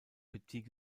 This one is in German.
petit